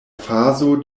fazo